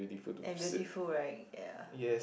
and beautiful right ya